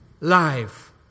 life